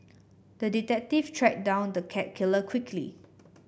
the detective tracked down the cat killer quickly